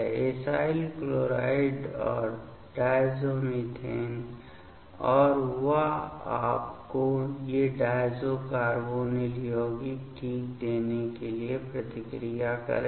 acyl chloride और diazomethane और वह आपको ये डायज़ो कार्बोनिल यौगिक ठीक देने के लिए प्रतिक्रिया देगा